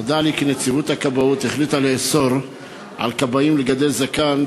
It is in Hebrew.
נודע לי כי נציבות הכבאות החליטה לאסור על כבאים לגדל זקן.